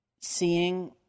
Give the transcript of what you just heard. seeing